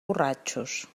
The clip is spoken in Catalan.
borratxos